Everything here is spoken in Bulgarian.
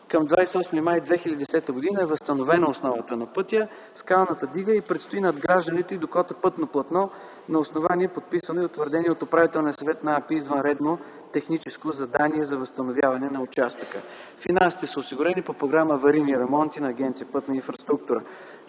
Към 28 май 2010 г. е възстановена основата на пътя, скалната дига и предстои надграждането й до кота пътно платно на основание подписани и утвърдени от УС на АПИ извънредно техническо задание за възстановяване на участъка. Финансите са осигурени по Програма „Аварийни ремонти” на Агенция „Пътна инфраструктура”.